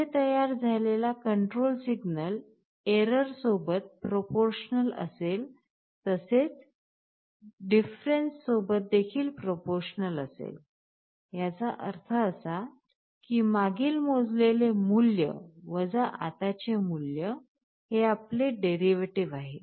येथे तयार झालेला कंट्रोल सिग्नल एरर सोबत प्रोपोरशनल असेल तसेच डिफरेंस सोबत देखील प्रोपोरशनल असेल याचा अर्थ असा की मागील मोजलेले मूल्य वजा आताचे मूल्य हे आपले डेरिवेटिव आहे